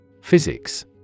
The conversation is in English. Physics